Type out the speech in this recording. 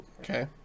Okay